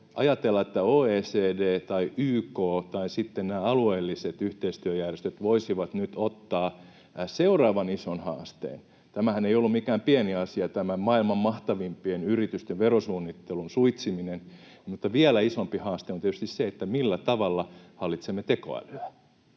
ajatella, että OECD tai YK tai sitten alueelliset yhteistyöjärjestöt voisivat nyt ottaa seuraavan ison haasteen. Tämähän ei ollut mikään pieni asia, tämä maailman mahtavimpien yritysten verosuunnittelun suitsiminen, mutta vielä isompi haaste on tietysti se, millä tavalla hallitsemme tekoälyä.